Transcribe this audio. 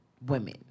women